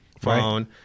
phone